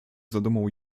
zadumą